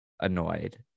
annoyed